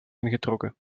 ingetrokken